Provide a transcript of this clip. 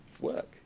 work